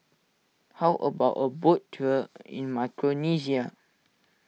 how about a boat tour in Micronesia